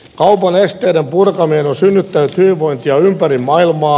kaupan esteiden purkaminen on synnyttänyt hyvinvointia ympäri maailmaa